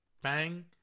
Bang